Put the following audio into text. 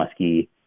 muskie